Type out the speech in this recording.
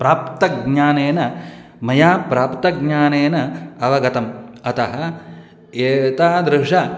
प्राप्तज्ञानेन मया प्राप्तज्ञानेन अवगतम् अतः एतादृशानि